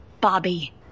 Bobby